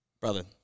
brother